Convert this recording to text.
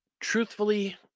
truthfully